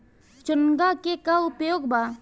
चोंगा के का उपयोग बा?